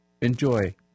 enjoy